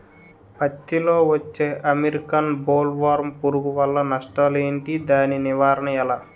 పత్తి లో వచ్చే అమెరికన్ బోల్వర్మ్ పురుగు వల్ల నష్టాలు ఏంటి? దాని నివారణ ఎలా?